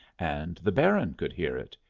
and the baron could hear it.